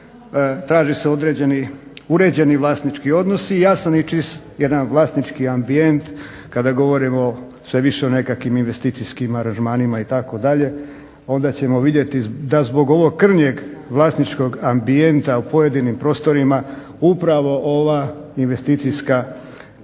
određeni uređeni vlasnički odnosi i jasan i čist jedan vlasnički ambijent kada govorimo sve više o nekakvim investicijskim aranžmanima itd. onda ćemo vidjeti da zbog ovog krnjeg vlasničkog ambijenta u pojedinim prostorima upravo ova investicijska klima,